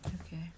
Okay